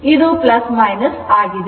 ಆದ್ದರಿಂದ ಇದು ಆಗಿದೆ